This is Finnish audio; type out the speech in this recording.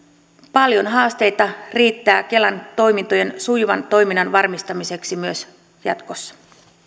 paljon haasteita riittää kelan toimintojen sujuvan toiminnan varmistamiseksi myös jatkossa